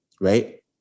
right